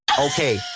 Okay